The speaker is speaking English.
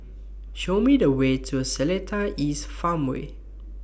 Show Me The Way to Seletar East Farmway